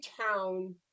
town